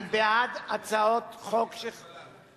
אני בעד הצעות חוק שחברי,